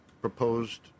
proposed